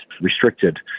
restricted